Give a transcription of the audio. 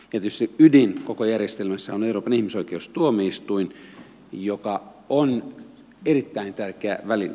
tietysti ydin koko järjestelmässä on euroopan ihmisoikeustuomioistuin joka on erittäin tärkeä väline